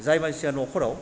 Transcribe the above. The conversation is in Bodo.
जाय मानसिया न'खराव